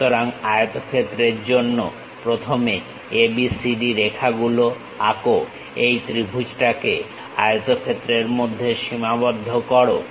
সুতরাং আয়তক্ষেত্রের জন্য প্রথমে ABCD রেখা গুলো আঁকো এই ত্রিভুজটাকে আয়তক্ষেত্রের মধ্যে সীমাবদ্ধ করো